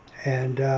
and